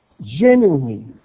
genuinely